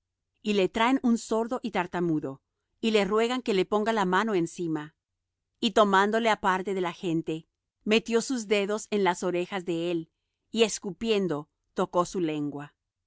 y le traen un sordo y tartamudo y le ruegan que le ponga la mano encima y tomándole aparte de la gente metió sus dedos en las orejas de él y escupiendo tocó su lengua